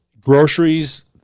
groceries